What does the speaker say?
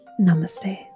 namaste